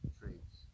traits